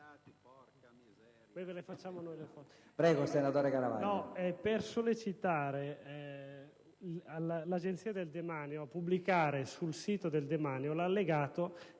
per sollecitare l'Agenzia del demanio a pubblicare sul suo sito l'allegato